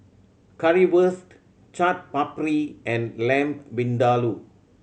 Currywurst Chaat Papri and Lamb Vindaloo